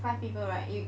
five people right you